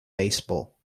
baseball